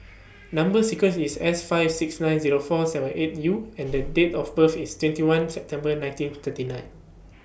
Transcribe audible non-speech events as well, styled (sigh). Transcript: (noise) Number sequence IS S five six nine Zero four seven eight U and The Date of birth IS twenty one September nineteen thirty nine